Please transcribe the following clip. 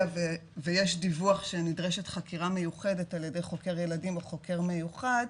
ויש דיווח שנדרשת חקירה מיוחדת על ידי חוקר ילדים או חוקר מיוחד,